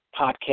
podcast